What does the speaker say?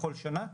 בכל שנה.